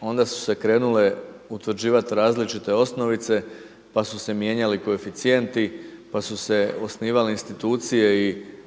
onda su se krenule utvrđivati različite osnovice, pa su se mijenjali koeficijenti, pa su se osnivale institucije i